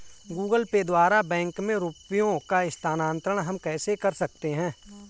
Google Pay द्वारा bank में रुपयों का स्थानांतरण हम कैसे कर सकते हैं?